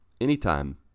anytime